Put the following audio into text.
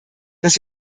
dass